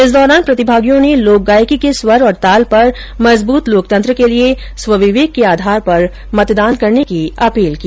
इस दौरान प्रतिभागियों ने लोकगायकी के स्वर और ताल पर मजबूत लोकतंत्र के लिये स्वविवेक के आधार पर मतदान करने की अपील की